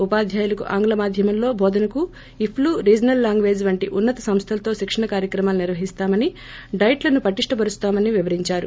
ఉపాధ్యాయలకు ఆంగ్ల మాధ్యమంలో బోధనకు ఇప్తూ రీజనల్ లాంగ్యేజ్ వంటి ఉన్నత సంస్వలతో శిక్షణ కార్యక్రమాలు నిర్వహిస్తామని డెట్లను పటిష్ణపరుస్తామని వివరించారు